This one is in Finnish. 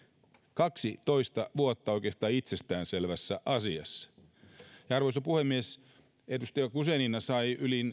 kaksitoista vuotta oikeastaan itsestään selvässä asiassa arvoisa puhemies edustaja guzenina sai lakialoitteeseen yli